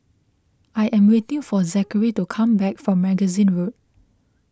I am waiting for Zachery to come back from Magazine Road